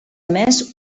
més